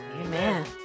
Amen